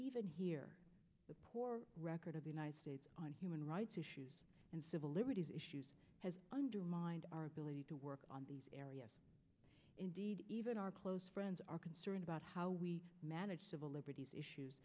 even here the poor record of the united states on human rights issues and civil liberties issues has undermined our ability to work on these areas indeed even our close friends are concerned about how we manage civil liberties issues